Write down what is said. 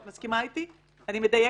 ליאנה, אני מדייקת?